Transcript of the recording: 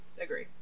agree